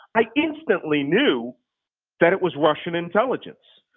i instantly knew that it was russian intelligence,